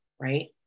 right